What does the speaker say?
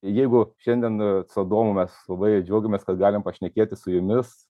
jeigu šiandien su adomu mes labai džiaugiamės kad galim pašnekėti su jumis